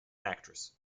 actress